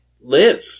live